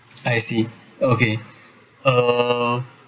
I see okay uh